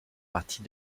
partie